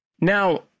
Now